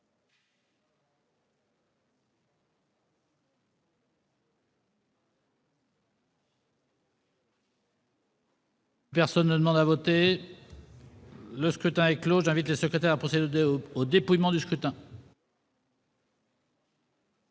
Personne ne demande plus à voter ?... Le scrutin est clos. J'invite Mmes et MM. les secrétaires à procéder au dépouillement du scrutin.